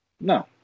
No